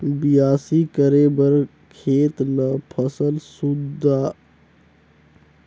बियासी करे बर खेत ल फसल सुद्धा नांगर में जोते जाथे तेखर बाद में ओला रघरी में रघर देथे